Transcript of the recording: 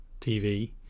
TV